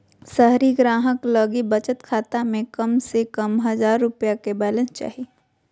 शहरी ग्राहक लगी बचत खाता में कम से कम हजार रुपया के बैलेंस चाही